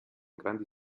grandi